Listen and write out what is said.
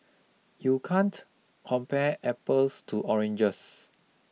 you can't compare apples to oranges